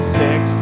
six